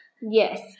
Yes